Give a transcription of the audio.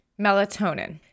melatonin